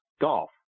golf